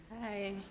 hi